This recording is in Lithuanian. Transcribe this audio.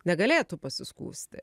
negalėtų pasiskųsti